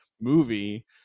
movie